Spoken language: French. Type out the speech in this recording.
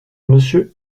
monsieur